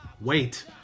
wait